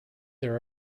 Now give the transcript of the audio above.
there